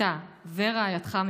אתה ורעייתך,